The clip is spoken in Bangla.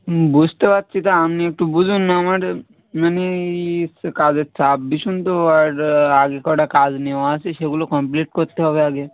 হুঁ বুঝতে পারছি তো আমনিও একটু বুঝুন না আমার মানে কাজের চাপ ভীষণ তো আর আগে কটা কাজ নেওয়া আছে সেগুলো কমপ্লিট করতে হবে আগে